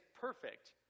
perfect